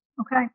Okay